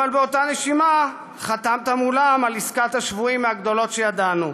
אבל באותה נשימה חתמת איתם על עסקת שבויים מהגדולות שידענו.